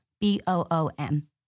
B-O-O-M